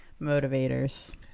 motivators